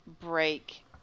break